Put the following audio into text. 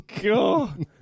God